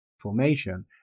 formation